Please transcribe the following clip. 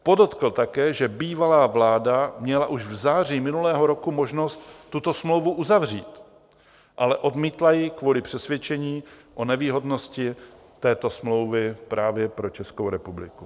Podotkl také, že bývalá vláda měla už v září minulého roku možnost tuto smlouvu uzavřít, ale odmítla ji kvůli přesvědčení o nevýhodnosti této smlouvy právě pro Českou republiku.